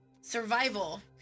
survival